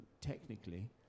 technically